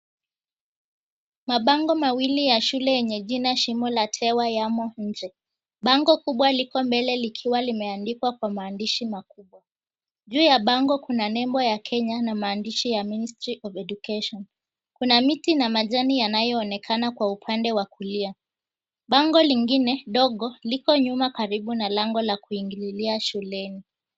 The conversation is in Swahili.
Mabango mawili ya shuke yenye jina shimo la tewa yamo nje. bango kubwa liko mbele likiwa limeandikwa kwa maandishi makubwa. Juu ya bango kuna nembo ya Kenya na maandishi ya Ministry of Education. Kuna miti na majani yanayoonekana kwa upande wa kulia. Bango lingine dogo liko nyuma karibu na lango la kuingililia shuleni.